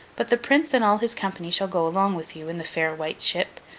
but the prince and all his company shall go along with you, in the fair white ship,